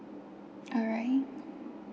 alright